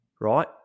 right